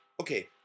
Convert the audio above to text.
Okay